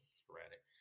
sporadic